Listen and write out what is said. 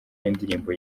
y’indirimbo